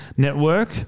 Network